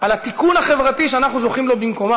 על התיקון החברתי שאנחנו זוכים לו בקיומן.